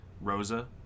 Rosa